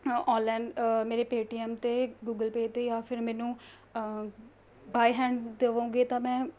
online ਮੇਰੇ Paytm 'ਤੇ Google Pay 'ਤੇ ਜਾਂ ਫਿਰ ਮੈਨੂੰ ਬਾਏ ਹੈਂਡ ਦੇਵੋਂਗੇ ਤਾਂ ਮੈਂ